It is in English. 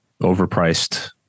overpriced